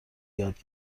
یاد